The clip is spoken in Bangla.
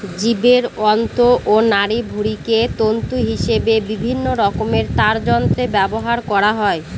জীবের অন্ত্র ও নাড়িভুঁড়িকে তন্তু হিসেবে বিভিন্নরকমের তারযন্ত্রে ব্যবহার করা হয়